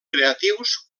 creatius